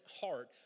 heart